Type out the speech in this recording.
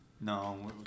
No